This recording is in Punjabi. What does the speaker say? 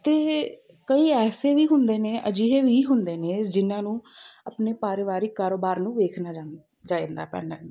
ਅਤੇ ਕਈ ਐਸੇ ਵੀ ਹੁੰਦੇ ਨੇ ਅਜਿਹੇ ਵੀ ਹੁੰਦੇ ਨੇ ਜਿਹਨਾਂ ਨੂੰ ਆਪਣੇ ਪਾਰਿਵਾਰਿਕ ਕਾਰੋਬਾਰ ਨੂੰ ਵੇਖਣਾ ਜਾ ਜਾਏਂਦਾ ਪੈਂਦਾ ਹੁੰਦਾ ਹੈ